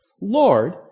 Lord